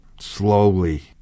slowly